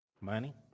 money